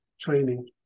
training